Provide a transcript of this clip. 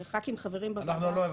אנחנו לא מבקשים.